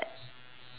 that